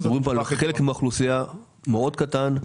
אנחנו מדברים פה על חלק מהאוכלוסייה מאוד קטן,